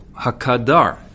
HaKadar